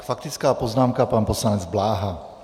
Faktická poznámka pan poslanec Bláha.